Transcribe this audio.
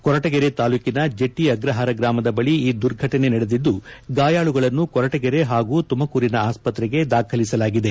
ಕೊರಟಗೆರೆ ತಾಲೂಕಿನ ಜಟ್ಟಿ ಅಗ್ರಹಾರ ಗ್ರಾಮದ ಬಳಿ ಈ ದುರ್ಘಟನೆ ನಡೆದಿದ್ದು ಗಾಯಾಳುಗಳನ್ನು ಕೊರಟಗೆರೆ ಹಾಗೂ ತುಮಕೂರಿನ ಆಸ್ವತ್ರೆಗೆ ದಾಖಲಿಸಲಾಗಿದೆ